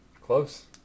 Close